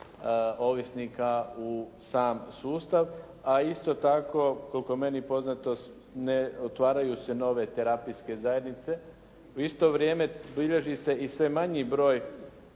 ovisnika u sam sustav a isto tako koliko je meni poznato ne otvaraju se nove terapijske zajednice. U isto vrijeme bilježi se i sve manji broj